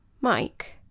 Mike